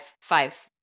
five